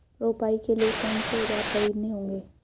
रोपाई के लिए कौन से औज़ार खरीदने होंगे?